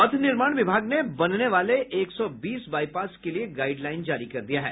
पथ निर्माण विभाग ने बनने वाले एक सौ बीस बाईपास के लिए गाइडलाईन जारी कर दिया है